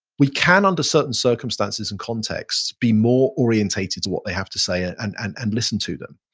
we can under certain circumstances and contexts be more orientated to what they have to say ah and and and listen to them.